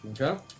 Okay